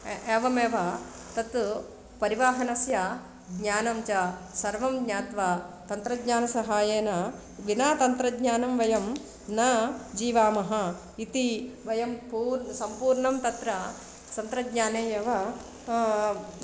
ए एवमेव तत् परिवाहनस्य ज्ञानं च सर्वं ज्ञात्वा तन्त्रज्ञानसहायेन विना तन्त्रज्ञानं वयं न जीवामः इति वयं पूर्णं सम्पूर्णं तत्र तन्त्रज्ञाने एव